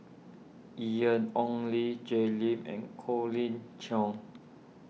Ian Ong Li Jay Lim and Colin Cheong